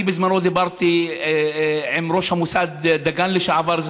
בזמנו דיברתי עם ראש המוסד לשעבר דגן,